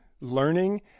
learning